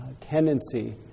tendency